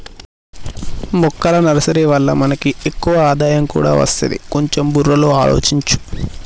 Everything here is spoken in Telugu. మొక్కల నర్సరీ వల్ల మనకి ఎక్కువ ఆదాయం కూడా అస్తది, కొంచెం బుర్రలో ఆలోచించు